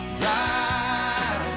drive